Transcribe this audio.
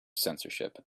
censorship